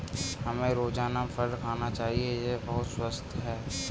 हमें रोजाना फल खाना चाहिए, यह बहुत स्वस्थ है